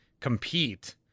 compete